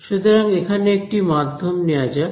সুতরাং এখানে একটি মাধ্যম নেওয়া যাক